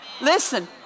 Listen